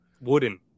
Wooden